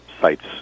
sites